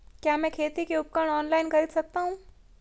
क्या मैं खेती के उपकरण ऑनलाइन खरीद सकता हूँ?